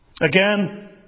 Again